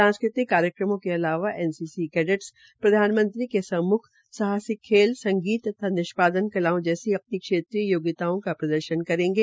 सांस्कृतिक कार्यक्रमों के अलावा एनसीसी कैडेटस प्रधानमंत्री के सम्म्ख साहसिक खेल संगीत तथा निष्पादन कलाओ जैसी अपनी क्षेत्रीय योग्यताओ का प्रदर्शन करेंगे